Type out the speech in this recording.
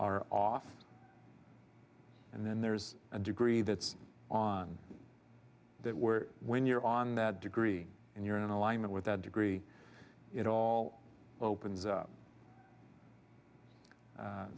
are off and then there's a degree that's on that we're when you're on that degree and you're in alignment with that degree it all opens up